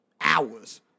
hours